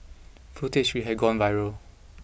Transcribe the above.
footage we had gone viral